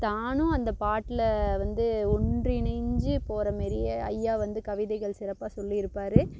தானும் அந்த பாட்டில வந்து ஒன்றிணைந்து போகிறமேரியே ஐயா வந்து கவிதைகள் சிறப்பாக சொல்லியிருப்பாரு